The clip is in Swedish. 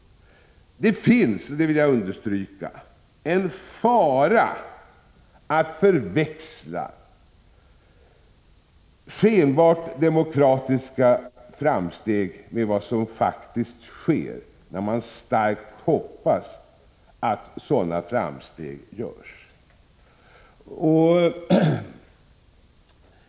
Jag vill understryka att det ligger en fara i att förväxla skenbara demokratiska framsteg med vad som faktiskt sker när man starkt hoppas att sådana framsteg görs.